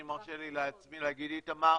אני מרשה לעצמי להגיד איתמר,